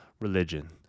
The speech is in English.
religion